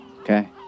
okay